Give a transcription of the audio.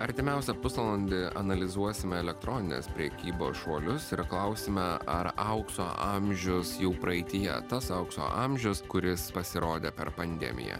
artimiausią pusvalandį analizuosime elektroninės prekybos šuolius ir klausime ar aukso amžius jau praeityje tas aukso amžius kuris pasirodė per pandemiją